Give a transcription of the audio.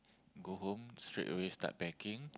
go home straight away start packing